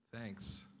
Thanks